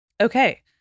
Okay